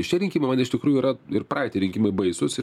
šitie rinkimai man iš tikrųjų yra ir praeiti rinkimai baisūs ir